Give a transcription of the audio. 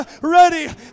ready